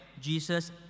Jesus